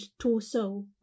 torso